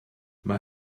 mae